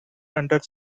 under